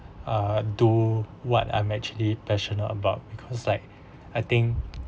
uh do what I'm actually passionate about because like I think